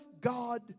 God